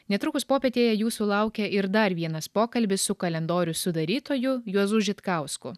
netrukus popietėje jūsų laukia ir dar vienas pokalbis su kalendorių sudarytoju juozu žitkausku